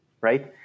right